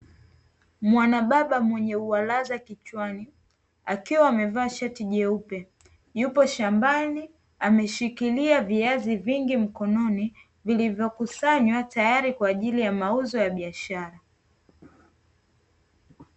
Mwanababa mwenye upara kichwani akiwa amevaa shati jeupe yupo shambani ameshikilia viazi vingi mkononi vilivyokusanywa tayari kwa ajili ya mauzo ya biashara.